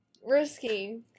risky